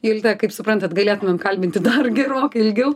jolitą kaip suprantat galėtumėm kalbinti dar gerokai ilgiau